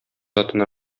атына